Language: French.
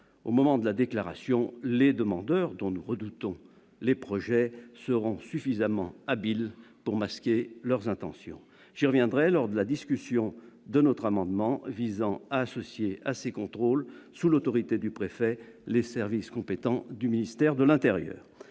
Au moment de la déclaration, les demandeurs dont nous redoutons les projets seront suffisamment habiles pour masquer leurs intentions. J'y reviendrai lors de la discussion de notre amendement visant à associer à ces contrôles, sous l'autorité du préfet, les services compétents du ministère de l'intérieur.